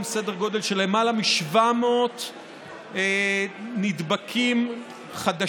סדר גודל של למעלה מ-700 נדבקים חדשים.